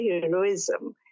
heroism